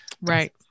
Right